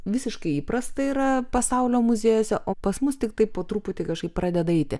visiškai įprasta yra pasaulio muziejuose o pas mus tiktai po truputį kažkaip pradeda eiti